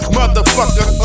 Motherfucker